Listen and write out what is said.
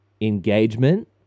engagement